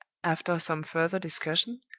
after some further discussion,